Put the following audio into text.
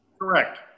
Correct